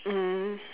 mm